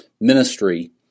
ministry